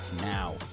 now